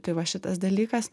tai va šitas dalykas